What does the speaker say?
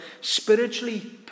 spiritually